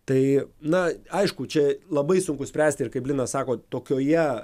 tai na aišku čia labai sunku spręsti ir kaip linas sako tokioje